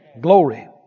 Glory